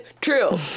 true